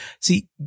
See